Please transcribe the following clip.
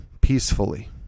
peacefully